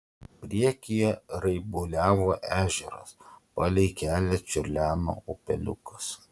priekyje raibuliavo ežeras palei kelią čiurleno upeliukas